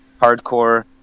hardcore